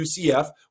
UCF